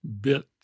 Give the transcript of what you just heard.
bit